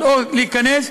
אני לא מסכים איתך,